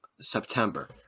September